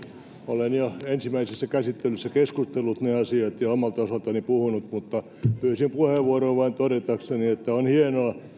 olen jo ensimmäisessä käsittelyssä keskustellut ne asiat jo omalta osaltani puhunut mutta pyysin puheenvuoron vain todetakseni että on hienoa